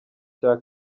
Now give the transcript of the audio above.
cya